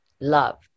love